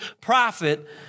prophet